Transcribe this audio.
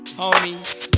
homies